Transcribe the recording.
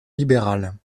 libérales